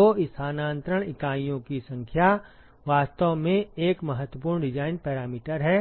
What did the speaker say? तो स्थानांतरण इकाइयों की संख्या वास्तव में एक महत्वपूर्ण डिजाइन पैरामीटर है